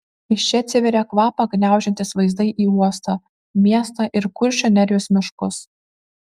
iš čia atsiveria kvapą gniaužiantys vaizdai į uostą miestą ir kuršių nerijos miškus